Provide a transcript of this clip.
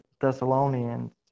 Thessalonians